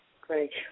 Great